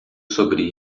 sobre